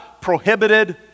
prohibited